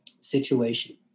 situation